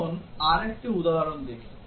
এখন আরেকটি উদাহরণ দেখি